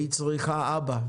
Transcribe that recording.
והיא צריכה אבא.